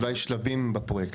אז אולי שלבים בפרויקט.